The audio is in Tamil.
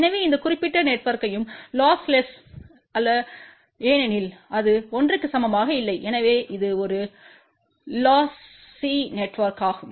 எனவே இந்த குறிப்பிட்ட நெட்ஒர்க்யம் லொஸ்லெஸ்து அல்ல ஏனெனில் இது 1 க்கு சமமாக இல்லை எனவே இது ஒரு லாசி நெட்ஒர்க்யமாகும்